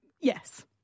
Yes